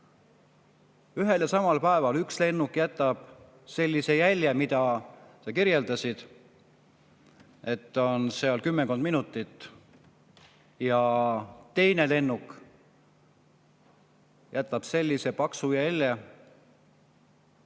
ühel ja samal päeval jätab üks lennuk sellise jälje, nagu sa kirjeldasid, et [püsib] kümmekond minutit, ja teine lennuk jätab sellise paksu jälje,